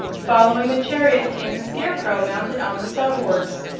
following the chariot came the scarecrow mounted on the sawhorse,